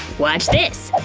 watch this!